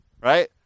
right